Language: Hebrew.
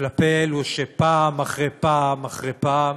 כלפי אלו שפעם אחרי פעם אחרי פעם